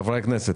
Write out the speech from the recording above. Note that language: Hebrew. חברי הכנסת,